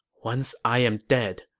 once i am dead,